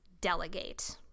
delegate